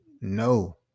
no